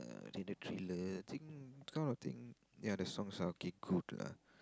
then the thriller I think that kind of thing yeah the songs are okay good lah